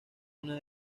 una